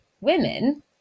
women